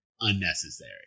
unnecessary